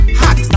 hot